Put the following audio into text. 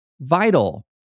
vital